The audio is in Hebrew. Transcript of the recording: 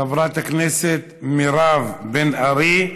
חברת הכנסת מירב בן ארי,